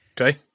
Okay